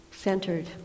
Centered